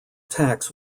tax